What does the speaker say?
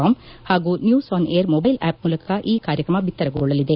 com ಹಾಗೂ news on air mobile app ಮೂಲಕ ಈ ಕಾರ್ಯಕ್ರಮ ಬಿತ್ತರಗೊಳ್ಳಲಿದೆ